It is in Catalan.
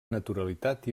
naturalitat